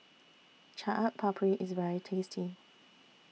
Chaat Papri IS very tasty